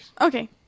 okay